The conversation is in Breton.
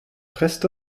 prest